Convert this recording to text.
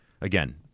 again